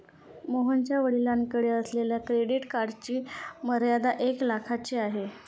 मोहनच्या वडिलांकडे असलेल्या क्रेडिट कार्डची मर्यादा एक लाखाची आहे